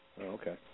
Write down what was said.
okay